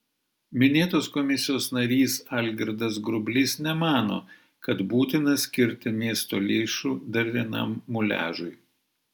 minėtos komisijos narys algirdas grublys nemano kad būtina skirti miesto lėšų dar vienam muliažui